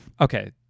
Okay